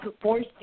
forcing